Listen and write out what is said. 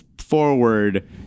forward